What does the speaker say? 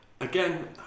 Again